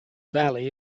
valley